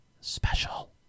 special